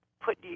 put